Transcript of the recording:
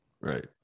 right